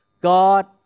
God